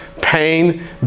pain